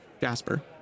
Jasper